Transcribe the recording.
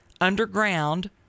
underground